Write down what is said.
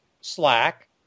slack